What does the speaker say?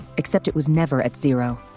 except it was never at zero.